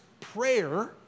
prayer